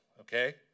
okay